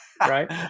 right